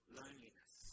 loneliness